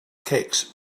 cakes